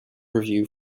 review